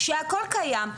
הכל קיים,